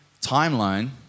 timeline